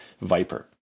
Viper